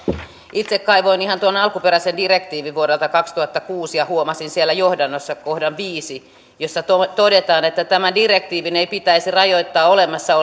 itse kaivoin ihan tuon alkuperäisen direktiivin vuodelta kaksituhattakuusi ja huomasin siellä johdannossa kohdan viisi jossa todetaan että tämän direktiivin ei pitäisi rajoittaa olemassa